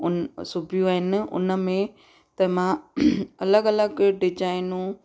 उन सिबियूं आहिनि उन में त मां अलॻि अलॻि डिजाइनूं